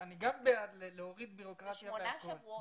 אני גם בעד להוריד בירוקרטיה והכול --- זה שמונה שבועות.